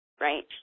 Right